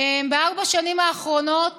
בארבע השנים האחרונות